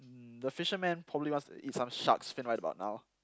the fisherman probably wants to eat some shark's fin right about now